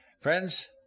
Friends